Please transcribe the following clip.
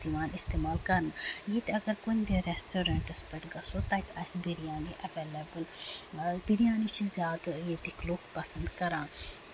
زیادٕ یِوان اِستعمال کرنہٕ ییٚتہِ اَگر کُنہِ تہِ ریسٹورنٹَس پٮ۪ٹھ گژھو تَتہِ آسہِ بِریانی ایویلیبٕل بِریانی چھِ زیادٕ ییٚتِکۍ لُکھ پَسند کران